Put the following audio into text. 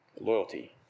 loyalty